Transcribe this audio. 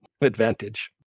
advantage